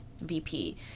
VP